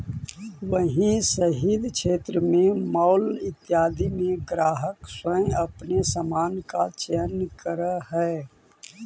वहीं शहरी क्षेत्रों में मॉल इत्यादि में ग्राहक स्वयं अपने सामान का चयन करअ हई